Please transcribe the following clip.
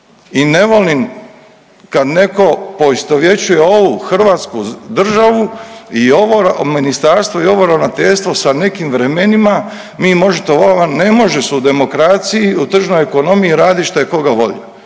I ne volim kad netko poistovjećuje ovu Hrvatsku državu i ovo ministarstvo i ovo ravnateljstvo sa nekim vremenima. Ne može se u demokraciji, u tržnoj ekonomiji radit šta je koga volja,